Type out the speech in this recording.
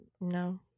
no